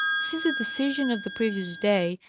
since the decision of the previous day,